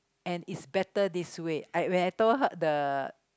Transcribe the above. and it's better this way I when I told the